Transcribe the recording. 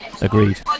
agreed